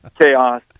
chaos